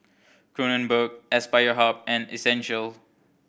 Kronenbourg Aspire Hub and Essential